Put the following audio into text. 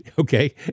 okay